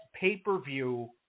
pay-per-view